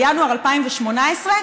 בינואר 2018,